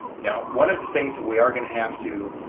now one of the things that we are going to have to